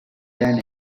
than